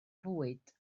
fwyd